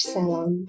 Salon